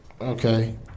Okay